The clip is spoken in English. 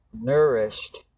nourished